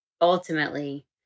ultimately